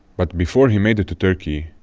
but before he made it to turkey,